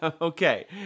Okay